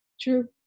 true